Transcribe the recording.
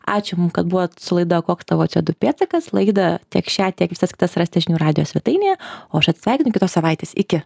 ačiū jum kad buvot su laida o koks tavo co du pėdsakas laidą tiek šią tiek visas kitas rasite žinių radijo svetainėje o aš atsisveikinu iki kitos savaitės iki